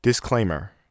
Disclaimer